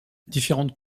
différentes